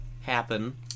happen